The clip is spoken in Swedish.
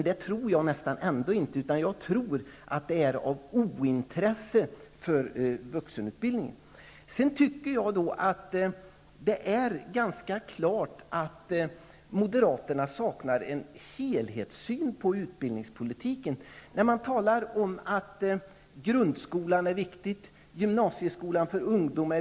Det tror jag ändå inte. Jag tror att det beror på ointresse för vuxenutbildningen. Det är ganska klart att moderaterna saknar en helhetssyn på utbildningspolitiken. Man talar om att grundskolan är viktig, likaså gymnasieskolan för ungdom.